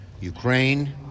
Ukraine